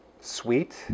sweet